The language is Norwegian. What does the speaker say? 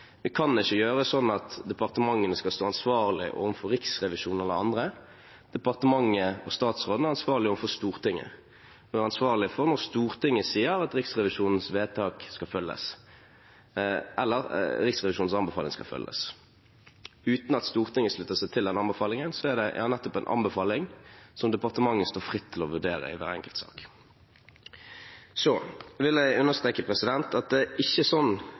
Vi kan ikke gjøre det sånn at departementene skal stå ansvarlig overfor Riksrevisjonen eller andre. Departementet og statsråden er ansvarlig overfor Stortinget og ansvarlig for det når Stortinget sier at Riksrevisjonens anbefalinger skal følges. Uten at Stortinget slutter seg til den anbefalingen, er det nettopp en anbefaling, som departementet står fritt til å vurdere i hver enkelt sak. Så vil jeg understreke at det er ikke sånn